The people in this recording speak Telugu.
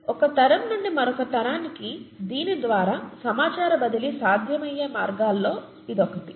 ఒక తరం నుండి మరొక తరానికి దీని ద్వారా సమాచార బదిలీ సాధ్యమయ్యే మార్గాలలో ఇది ఒకటి